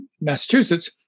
Massachusetts